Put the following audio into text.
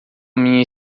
minha